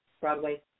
Broadway